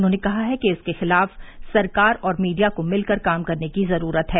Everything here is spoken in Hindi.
उन्होंने कहा है कि इसके खिलाफ सरकार और मीडिया को मिलकर काम करने की जरूरत है